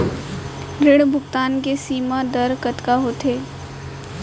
ऋण भुगतान के सीमा दर कतका होथे?